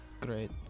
Great